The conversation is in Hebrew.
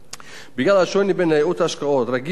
בגלל השוני בין ייעוץ השקעות רגיל לבין ייעוץ